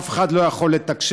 אף אחד לא יכול לתקשר?